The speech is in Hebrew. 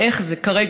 כרגע,